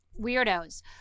weirdos